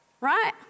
right